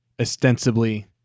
ostensibly